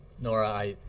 norah,